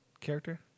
character